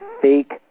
fake